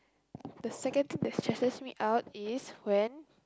the second thing that stresses me out is when